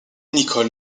nicholl